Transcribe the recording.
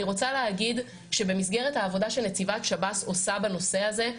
אני רוצה להגיד שבמסגרת העבודה שנציבת שב"ס עושה בנושא הזה,